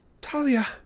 Talia